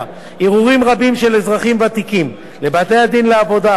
ערעורים רבים של אזרחים ותיקים לבתי-הדין לעבודה על